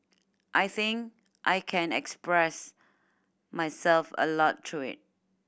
I think I can express myself a lot through it